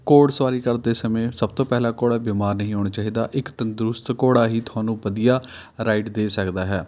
ਘੋੜ ਸਵਾਰੀ ਕਰਦੇ ਸਮੇਂ ਸਭ ਤੋਂ ਪਹਿਲਾਂ ਘੋੜਾ ਬੀਮਾਰ ਨਹੀਂ ਹੋਣਾ ਚਾਹੀਦਾ ਇੱਕ ਤੰਦਰੁਸਤ ਘੋੜਾ ਹੀ ਤੁਹਾਨੂੰ ਵਧੀਆ ਰਾਈਡ ਦੇ ਸਕਦਾ ਹੈ